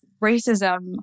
racism